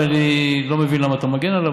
ואני לא מבין למה אתה מגן עליו,